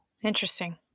Interesting